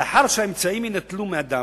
לאחר שהאמצעים יינטלו מאדם,